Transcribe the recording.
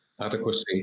adequacy